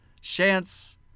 chance